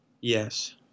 Yes